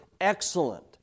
excellent